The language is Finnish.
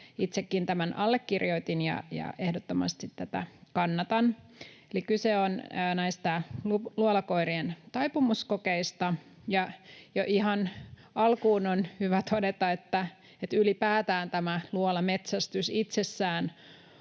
Itsekin tämän allekirjoitin ja ehdottomasti tätä kannatan. Eli kyse on näistä luolakoirien taipumuskokeista. Jo ihan alkuun on hyvä todeta, että ylipäätään tämä luolametsästys itsessään